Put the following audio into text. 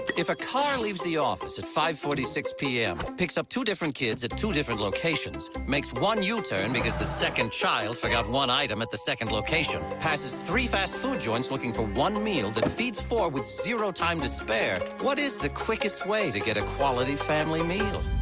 if a car leaves the office. at five forty six pm. picks up two different kids at two different locations. makes one u-turn because the second child forgot one item at the second location. passes three fast food joints looking for one meal. that feeds four with zero time to spare. what is the quickest way to get a quality family meal?